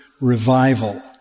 revival